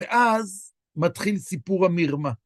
ואז מתחיל סיפור המרמה.